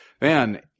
man